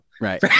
right